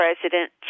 President